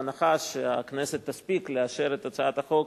בהנחה שהכנסת תספיק לאשר את הצעת החוק